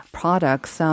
products